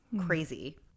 crazy